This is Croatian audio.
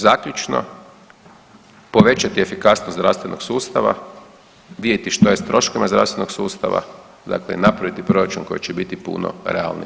Zaključno, povećati efikasnost zdravstvenog sustava, vidjeti što je s troškovima zdravstvenog sustava, dakle i napraviti proračun koji će biti puno realniji.